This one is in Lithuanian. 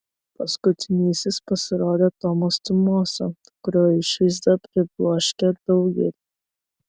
paskutinysis pasirodė tomas tumosa kurio išvaizda pribloškė daugelį